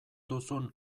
duzun